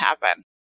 happen